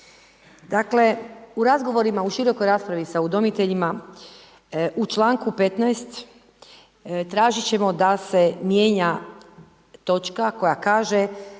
Dakle, u razgovorima, u širokoj raspravi sa udomiteljima, u čl. 15. tražiti ćemo da se mijenja točka koja kaže